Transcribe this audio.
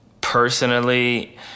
personally